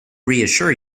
reassure